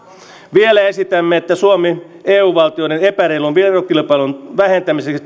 vielä esitämme että suomi eu valtioiden epäreilun verokilpailun vähentämiseksi